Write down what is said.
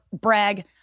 brag